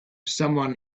someone